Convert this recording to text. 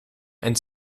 and